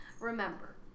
remember